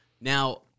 Now